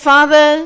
Father